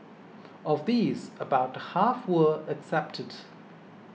of these about half were accepted